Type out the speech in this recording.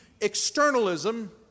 externalism